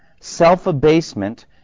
self-abasement